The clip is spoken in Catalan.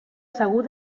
segur